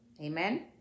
Amen